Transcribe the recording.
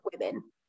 women